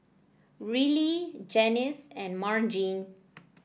Rillie Janis and Margene